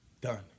done